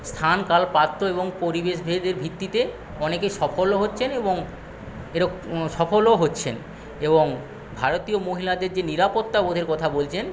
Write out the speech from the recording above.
স্থান কাল পাত্র এবং পরিবেশ ভেদের ভিত্তিতে অনেকে সফলও হচ্ছেন এবং এর সফলও হচ্ছেন এবং ভারতীয় মহিলাদের যে নিরাপত্তা বোধের কথা বলছেন